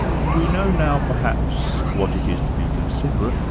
we know now perhaps what it is to be considerate.